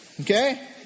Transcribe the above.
Okay